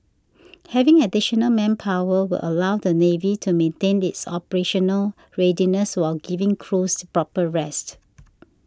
having additional manpower will allow the navy to maintain its operational readiness while giving crews proper rest